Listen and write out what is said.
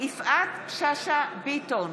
יפעת שאשא ביטון,